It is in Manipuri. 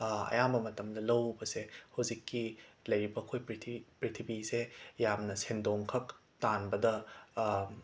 ꯑꯌꯥꯝꯕ ꯃꯇꯝꯗ ꯂꯧ ꯎꯕꯁꯦ ꯍꯧꯖꯤꯛꯀꯤ ꯂꯩꯔꯤꯕ ꯑꯩꯈꯣꯏ ꯄ꯭ꯔꯤꯊꯤ ꯄ꯭ꯔꯤꯊꯤꯕꯤꯁꯦ ꯌꯥꯝꯅ ꯁꯦꯟꯗꯣꯡꯈꯛ ꯇꯥꯟꯕꯗ